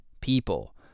people